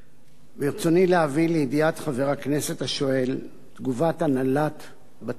ברצוני להביא לידיעת חבר הכנסת השואל את תגובת הנהלת בתי-המשפט: